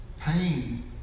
Pain